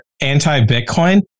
anti-Bitcoin